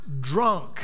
drunk